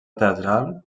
teatral